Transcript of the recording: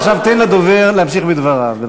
עכשיו תן לדובר להמשיך בדבריו.